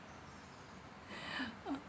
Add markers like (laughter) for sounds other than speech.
(breath) (noise)